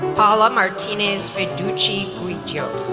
paula martinez-feduchi guijo,